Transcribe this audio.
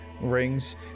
rings